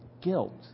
guilt